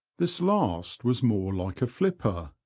this last was more like a flipper,